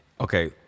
okay